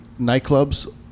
nightclubs